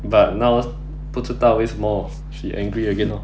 but now 不知道为什么 she angry again orh